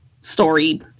story